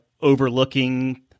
overlooking